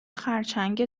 خرچنگ